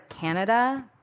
Canada